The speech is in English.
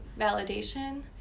validation